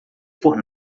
por